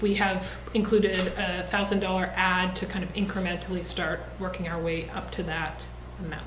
we have included a thousand dollar ad to kind of incrementally start working our way up to that